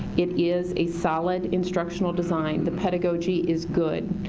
it is a solid instructional design, the pedagogy is good,